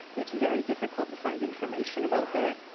it's very difficult to find information about that.